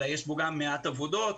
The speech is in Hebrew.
יש בו גם מקום לציוני עבודות.